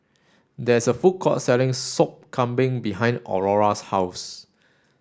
there is a food court selling sop kambing behind Aurora's house